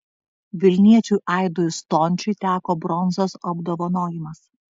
vilniečiui aidui stončiui teko bronzos apdovanojimas